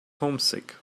homesick